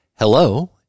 Hello